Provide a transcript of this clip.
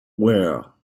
ware